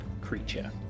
creature